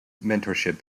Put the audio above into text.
mentorship